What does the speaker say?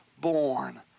born